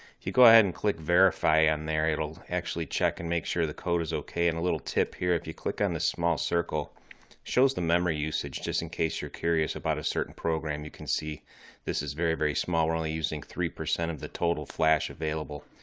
you go ahead and click verify on there it'll actually check and make sure the code is ok and a little tip here if you click on this small circle, it shows the memory usage, just in case you're curious about a certain program. you can see this is very, very small. we're only using three percent of the total flash available.